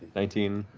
nineteen,